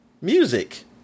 music